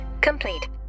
complete